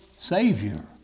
Savior